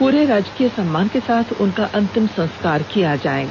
पूरे राजकीय सम्मान के साथ उनका अंतिम संस्कार किया जाएगा